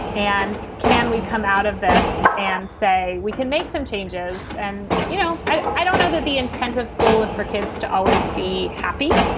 and can we come out of this and say we can make some changes? and, you know, i don't know that the intent of school is for kids to always be happy,